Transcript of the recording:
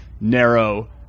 narrow